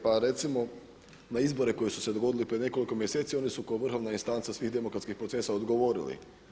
Pa recimo na izbore koji su se dogodili prije nekoliko mjeseci oni su kao vrhovna istanca svih demokratskih procesa odgovorili.